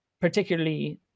particularly